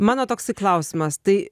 mano toksai klausimas tai